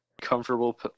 comfortable